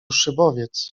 szybowiec